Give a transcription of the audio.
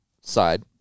side